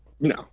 No